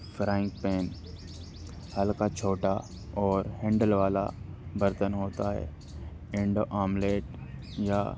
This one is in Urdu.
فرائنگ پین ہلکا چھوٹا اور ہینڈل والا برتن ہوتا ہے اینڈ آملیٹ یا